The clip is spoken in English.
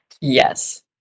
Yes